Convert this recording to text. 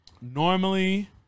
normally